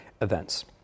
events